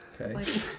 Okay